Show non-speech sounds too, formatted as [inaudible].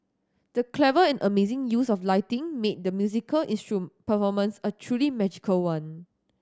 the clever and amazing use of lighting made the musical [unintelligible] performance a truly magical one